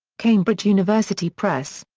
cambridge university press.